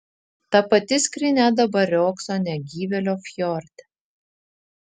ta pati skrynia dabar riogso negyvėlio fjorde